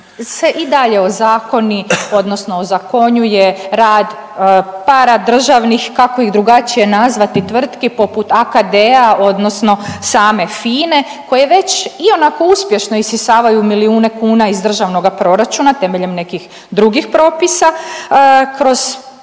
odnosno ozakonjuje rad paradržavnih, kako ih drugačije nazvati tvrtki poput AKD-a odnosno same FINE koje već ionako uspješno isisavaju milijune kuna iz Državnoga proračuna temeljem nekih drugih propisa kroz